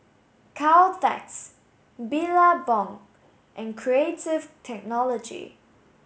Caltex Billabong and Creative Technology